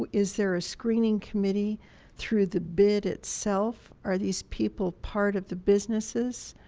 is there a screening committee through the bid itself? are these people part of the businesses?